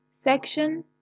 Section